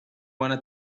wanna